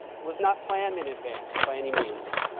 was not planned in advance by any means.